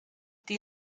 die